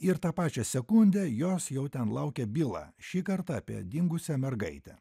ir tą pačią sekundę jos jau ten laukia byla šįkart apie dingusią mergaitę